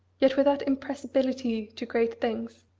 yet with that impressibility to great things,